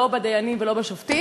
לא בוועדה לדיינים ולא לשופטים,